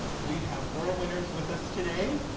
we have four winners with us today.